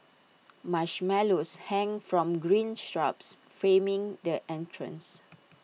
marshmallows hang from green shrubs framing the entrance